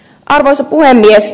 arvoisa puhemies